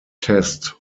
test